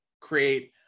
create